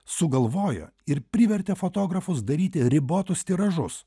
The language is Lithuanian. sugalvojo ir privertė fotografus daryti ribotus tiražus